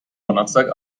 donnerstag